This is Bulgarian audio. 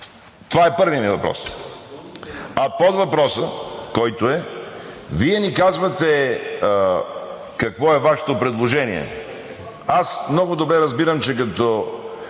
Това е първият ми въпрос. А подвъпросът е: Вие ни казвате какво е Вашето предложение – много добре разбирам, че като